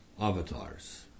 avatars